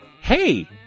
Hey